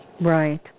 Right